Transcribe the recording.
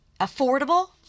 affordable